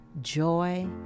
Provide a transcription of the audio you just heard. Joy